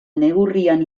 neurrian